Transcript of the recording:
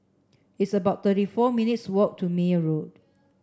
it's about thirty four minutes' walk to Meyer Road